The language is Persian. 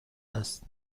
است